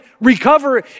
recover